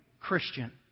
Christian